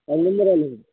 পালবঙ্গের আলু